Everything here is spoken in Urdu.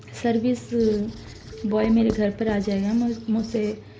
سروس بوائے میرے گھر پر آ جائے گا میں میں اُسے